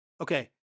Okay